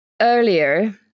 earlier